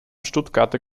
stuttgarter